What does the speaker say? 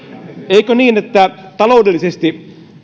eikö niin että taloudellisesti